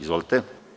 Izvolite.